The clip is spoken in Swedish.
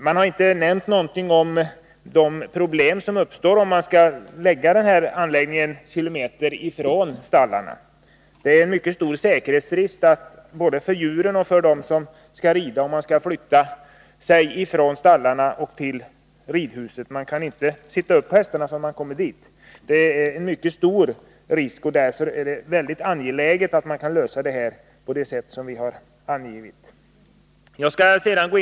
Man har inte nämnt någonting om de problem som uppstår om man placerar anläggningen omkring en kilometer från stallarna. Det är en mycket stor säkerhetsrisk både för djuren och för dem som skall rida när man måste flytta sig så lång väg från stallarna till ridhuset. Man kan inte sitta upp på hästarna innan man kommer dit. Detta innebär en mycket stor risk. Därför är det väldigt angeläget att lösa problemet på det sätt vi har angivit i utskottsskrivningen.